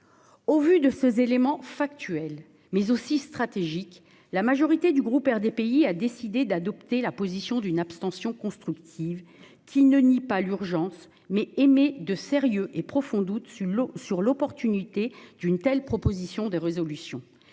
Au vu de ces éléments factuels, mais aussi stratégiques, la majorité du groupe RDPI a décidé d'opter pour une abstention constructive. Elle ne nie pas l'urgence, mais elle émet de sérieux et profonds doutes sur l'opportunité d'une telle proposition de résolution.